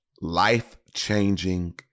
life-changing